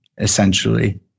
essentially